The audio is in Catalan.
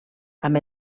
amb